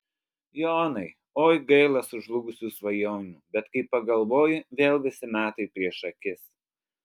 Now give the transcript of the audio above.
jonai oi gaila sužlugusių svajonių bet kai pagalvoji vėl visi metai prieš akis